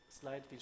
slide